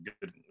Good